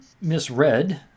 misread